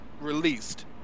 released